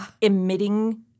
emitting